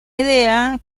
idea